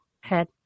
head